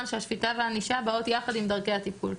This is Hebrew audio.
שהשפיטה והענישה באות יחד עם דרכי הטיפול.